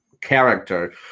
character